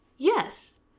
Yes